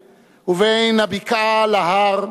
בין הים לירדן ובין הבקעה להר,